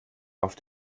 auf